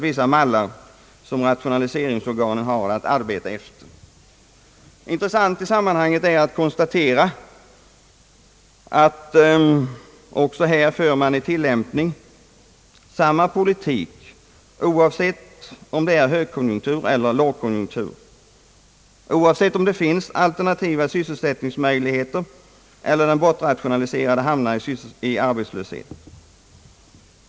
Vissa mallar för rationaliseringsorganens arbete har även gjorts upp. Det är i sammanhanget intressant att konstatera att man också här tillämpar samma politik oavsett om det är högkonjunktur eller lågkonjunktur, oavsett om det finns alternativa sysselsättningsmöjligheter eller om den bortrationaliserade hamnar i arbetslöshet.